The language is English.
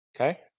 okay